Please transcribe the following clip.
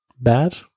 bad